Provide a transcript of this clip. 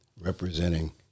representing